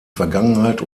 vergangenheit